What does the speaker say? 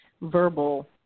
verbal